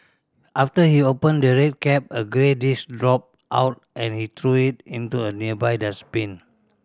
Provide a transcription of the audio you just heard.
after he opened the red cap a grey disc dropped out and he threw it into a nearby dustbin